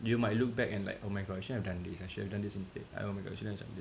you might look back and like oh my god I shouldn't have done this I should have done this instead I should have